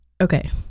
Okay